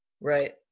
Right